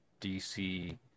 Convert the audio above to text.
DC